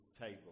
table